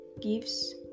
gives